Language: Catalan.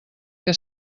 que